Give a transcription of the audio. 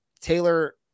Taylor